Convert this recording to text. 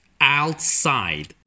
Outside